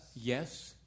Yes